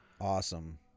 Awesome